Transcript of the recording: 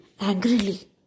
angrily